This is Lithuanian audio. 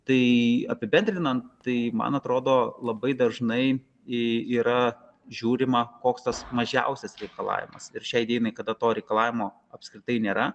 tai apibendrinant tai man atrodo labai dažnai yra žiūrima koks tas mažiausias reikalavimas ir šiai dienai kada to reikalavimo apskritai nėra